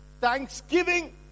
Thanksgiving